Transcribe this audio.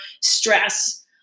stress